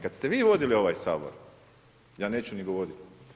Kad ste vi vodili ovaj Sabor, ja neću ni govoriti.